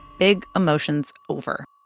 big emotions over.